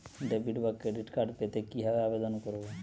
Debit বা credit card পেতে কি ভাবে আবেদন করব?